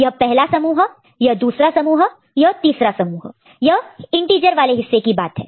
यह पहला समूह ग्रुप group यह दूसरा समूह ग्रुप group यह तीसरा समूह ग्रुप group यह इंटीजर वाले हिस्से की बात है